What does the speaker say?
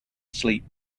sleep